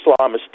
Islamist